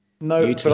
no